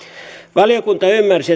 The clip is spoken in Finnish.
valiokunta ymmärsi